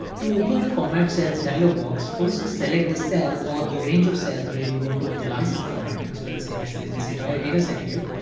to open the format cells dialogue box, first select the cell or the range of cells where you want to apply some formatting. so let's say i select this entire data set here.